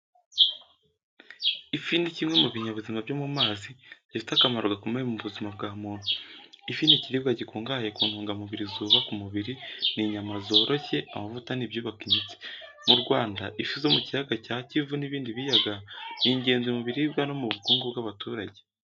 Ifi ni kimwe mu binyabuzima byo mu mazi gifite akamaro gakomeye mu buzima bwa muntu. Ifi ni ikiribwa gikungahaye ku ntungamubiri zubaka umubiri n’inyama zoroshye, amavuta n’ibyubaka imitsi. Mu Rwanda, ifi zo mu kiyaga cya Kivu n’ibindi biyaga ni ingenzi mu biribwa no mu bukungu bw’abaturage.